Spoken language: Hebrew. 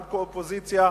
גם אופוזיציה,